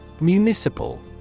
Municipal